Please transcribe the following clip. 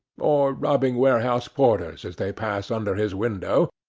or robbing warehouse porters as they pass under his window,